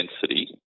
density